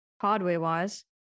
hardware-wise